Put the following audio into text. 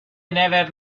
never